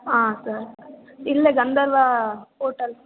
ಹಾಂ ಸರ್ ಇಲ್ಲೇ ಗಂಧರ್ವ ಓಟಲ್